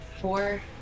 Four